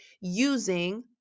using